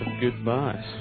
goodbyes